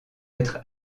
être